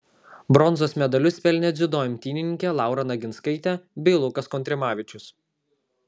bronzos medalius pelnė dziudo imtynininkė laura naginskaitė bei lukas kontrimavičius